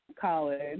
college